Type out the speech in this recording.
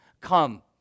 come